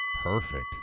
Perfect